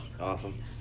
Awesome